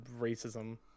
racism